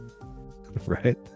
Right